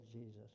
Jesus